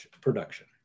production